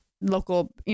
local